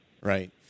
right